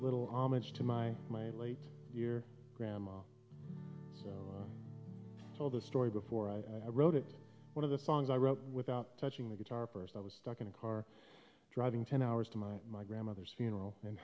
little homage to my my late your grandma told this story before i wrote it one of the songs i wrote without touching the guitar purse i was stuck in a car driving ten hours to my my grandmother's funeral and